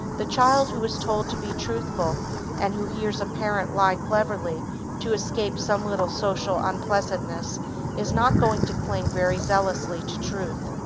the child who is told to be truthful and who hears a parent lie cleverly to escape some little social unpleasantness is not going to cling very zealously to truth.